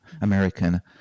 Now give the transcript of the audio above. american